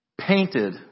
painted